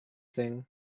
thing